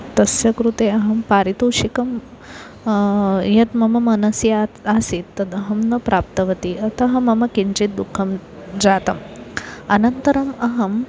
तस्य कृते अहं पारितोषिकं यद् मम मनसि आसीत् आसीत् तदहं न प्राप्तवती अतः मम किञ्चिद् दुःखं जातम् अनन्तरम् अहं